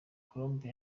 colombe